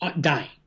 dying